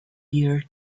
dear